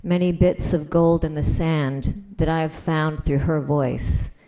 many bits of gold in the sand that i have found through her voice.